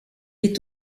est